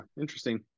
interesting